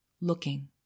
looking